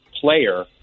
player